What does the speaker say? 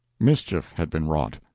mischief had been wrought.